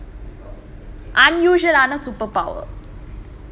unusual ஆன:aana super power